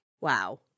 Wow